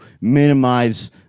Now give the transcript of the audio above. minimize